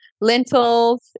lentils